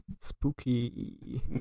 Spooky